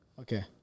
Okay